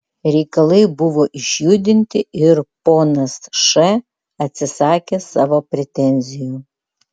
reikalai buvo išjudinti ir ponas š atsisakė savo pretenzijų